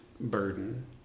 burden